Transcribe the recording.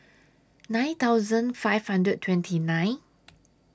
nine thousand five hundred and twenty nine